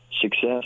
success